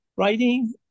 Writing